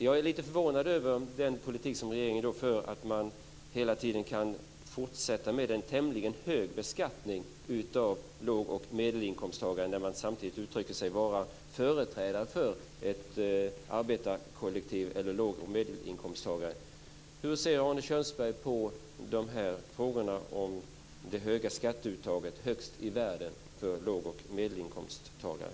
Jag är lite förvånad över den politik som regeringen för, att man hela tiden kan fortsätta med en tämligen hög beskattning av låg och medelinkomsttagare när man samtidigt säger sig vara företrädare för ett arbetarkollektiv med låg och medelinkomsttagare. Hur ser Arne Kjörnsberg på frågorna om det höga skatteuttaget, högst i världen för låg och medelinkomsttagare?